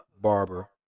barber